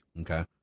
Okay